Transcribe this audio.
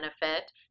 benefit